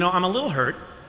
so i'm a little hurt,